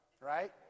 Right